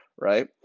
right